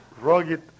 Rugged